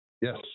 Yes